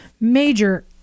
major